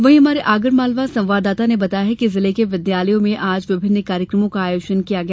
वहीं हमारे आगरमालवा संवाददाता ने बताया है कि जिले के विद्यालयों में आज विभिन्न कार्यक्रमों का आयोजन किया गया